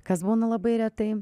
kas būna labai retai